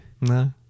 No